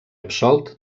absolt